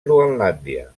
groenlàndia